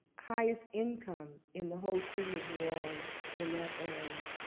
highest income in the whole city of new orleans in that area,